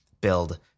build